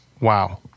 wow